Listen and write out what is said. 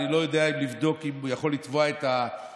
ואני לא יודע אם לבדוק אם הוא יכול לתבוע את הטיסה,